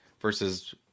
versus